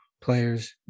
players